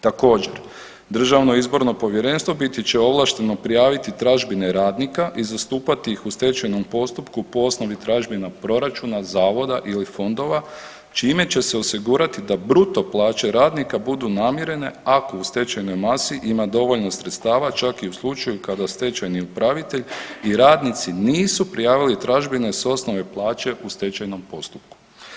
Također, državno izborno povjerenstvo biti će ovlašteno prijaviti tražbine radnika i zastupati ih u stečajnom postupku po osnovi tražbina proračuna, zavoda ili fondova, čime će se osigurati da bruto plaće radnika budu namirene ako u stečajnom masi ima dovoljno sredstava, čak i u slučaju kada stečajni upravitelj i radnici nisu prijavili tražbine s osnove plaće u stečajnom postupku.